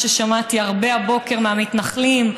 כמו ששמעתי הרבה הבוקר מהמתנחלים: